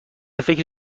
فکر